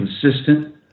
consistent